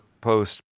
Post